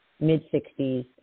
mid-60s